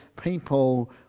people